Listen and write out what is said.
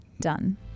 done